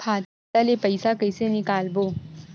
खाता ले पईसा कइसे निकालबो?